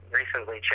recently